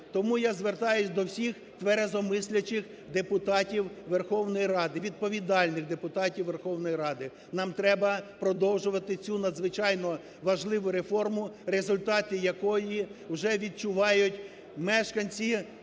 Тому я звертаюсь до всіх тверезомислячих депутатів Верховної Ради, відповідальних депутатів Верховної Ради: нам треба продовжувати цю надзвичайно важливу реформу результати якої вже відчувають мешканці